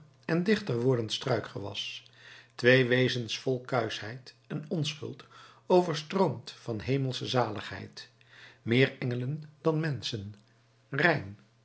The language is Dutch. en dichter wordend struikgewas twee wezens vol kuischheid en onschuld overstroomd van hemelsche zaligheid meer engelen dan menschen rein